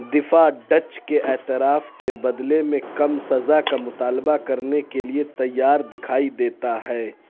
دفاع ڈچ کے اعتراف کے بدلے میں کم سزا کا مطالبہ کرنے کے لیے تیار دکھائی دیتا ہے